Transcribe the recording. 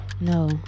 No